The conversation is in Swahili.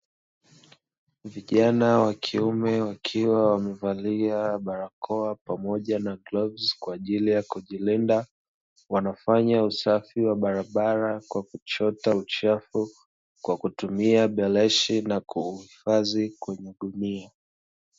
Vijana wa kiume wakiwa wamevalia barakoa pamoja na glovzi kwa ajili ya kujilinda, wanafanya usafi wa barabara kwa kuchota uchafu kwa kutumia beleshi na kuuhifadhi kwenye gunia.